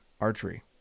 archery